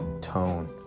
tone